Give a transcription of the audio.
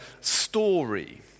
story